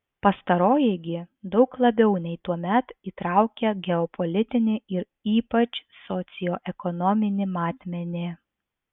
pastaroji gi daug labiau nei tuomet įtraukia geopolitinį ir ypač socioekonominį matmenį